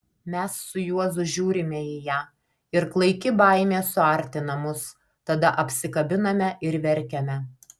mes su juozu žiūrime į ją ir klaiki baimė suartina mus tada apsikabiname ir verkiame